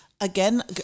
Again